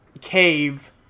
cave